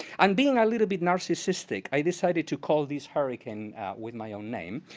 and being a little bit narcissistic, i decided to call this hurricane with my own name,